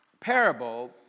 parable